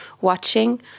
watching